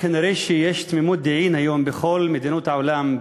כנראה יש תמימות דעים היום בכל מדינות העולם,